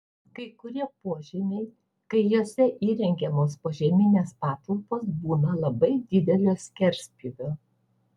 kai kurie požemiai kai juose įrengiamos požeminės patalpos būna labai didelio skerspjūvio